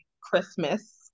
Christmas